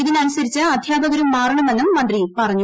ഇതിന് അനുസരിച്ച് അധ്യാപകരും മാറണമെന്നും മന്ത്രി പറഞ്ഞു